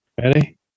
Ready